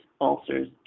ulcers